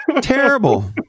terrible